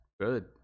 good